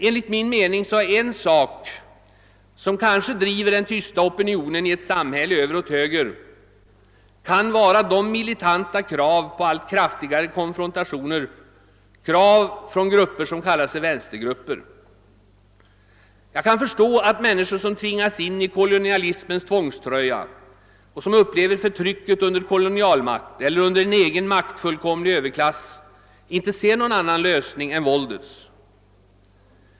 Enligt min mening finns det en sak som kanske driver den tysta opinionen i ett samhälle över åt höger, och det kan vara de militanta krav på allt kraftigare konfrontationer som ställs från grupper som kallar sig vänstergrupper. Jag kan förstå att människor som tvingats in i kolonialismens tvångströja och som upplever förtrycket under en kolonialmakt eller under en egen maktfullkomlig överklass inte ser någon annan lösning än våldets.